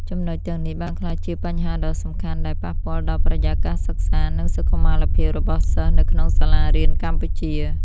ចំណុចទាំងនេះបានក្លាយជាបញ្ហាដ៏សំខាន់ដែលប៉ះពាល់ដល់បរិយាកាសសិក្សា និងសុខុមាលភាពរបស់សិស្សនៅក្នុងសាលារៀនកម្ពុជា។